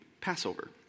Passover